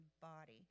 body